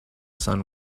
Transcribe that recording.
sun